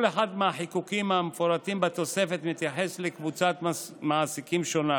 כל אחד מהחיקוקים המפורטים בתוספת מתייחס לקבוצת מעסיקים שונה,